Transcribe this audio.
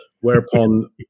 Whereupon